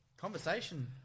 Conversation